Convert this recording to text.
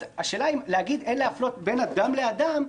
אז להגיד שאין להפלות בין אדם לאדם,